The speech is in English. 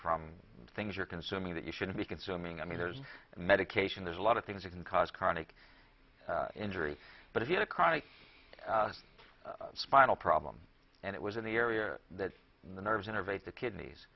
from things you're consuming that you shouldn't be consuming i mean there's medication there's a lot of things you can cause chronic injury but if you had a chronic spinal problem and it was in the area that the nerves innervate the kidneys